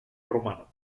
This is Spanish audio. romano